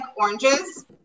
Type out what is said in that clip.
oranges